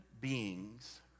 beings